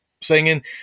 singing